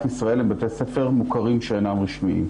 ישראל הם בתי ספר מוכרים שאינם רשמיים.